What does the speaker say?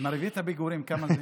עם ריבית הפיגורים, כמה זה?